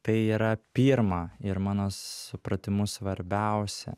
tai yra pirma ir mano supratimu svarbiausia